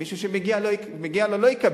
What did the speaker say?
מי שמגיע לו לא יקבל.